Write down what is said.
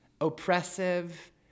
oppressive